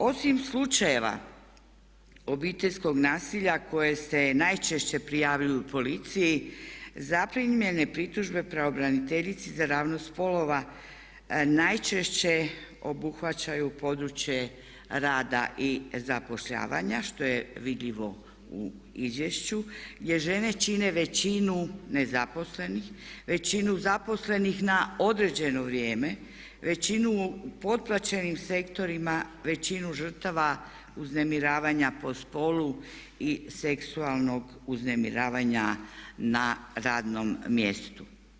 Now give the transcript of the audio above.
Osim slučajeva obiteljskog nasilja koje se najčešće prijavljuje policiji zaprimljene pritužbe pravobraniteljici za ravnopravnost spolova najčešće obuhvaćaju područje rada i zapošljavanja, što je vidljivo u izvješću gdje žene čine većinu nezaposlenih, većinu zaposlenih na određeno vrijeme, većinu u potplaćenim sektorima, većinu žrtava uznemiravanja po spolu i seksualnog uznemiravanja na radnom mjestu.